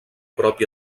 propi